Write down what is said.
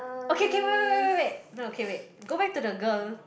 okay K wait wait wait wait no K wait go back to the girl